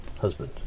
husband